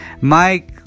Mike